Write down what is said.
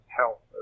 health